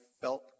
felt